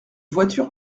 voiture